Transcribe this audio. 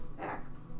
acts